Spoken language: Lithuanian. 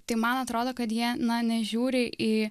tai man atrodo kad jie na nežiūri į